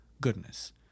goodness